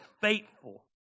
faithful